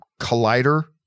Collider